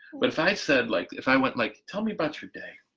but if i said like if i went like tell me about your day?